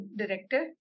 director